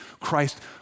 Christ